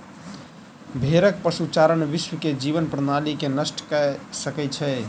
भेड़क पशुचारण विश्व के जीवन प्रणाली के नष्ट कय सकै छै